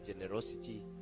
generosity